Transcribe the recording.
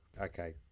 Okay